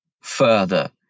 further